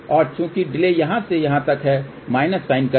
और चूंकि डिले यहाँ से यहाँ तक है माइनस साइन करें